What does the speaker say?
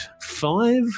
five